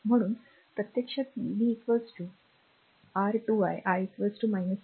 म्हणून प्रत्यक्षात मी v r 2 i i 8